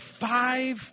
five